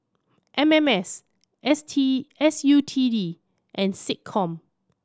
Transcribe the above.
M M S T S U T D and SecCom